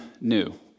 new